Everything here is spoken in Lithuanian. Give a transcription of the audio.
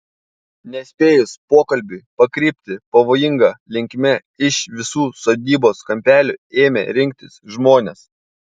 nespėjus pokalbiui pakrypti pavojinga linkme iš visų sodybos kampelių ėmė rinktis žmonės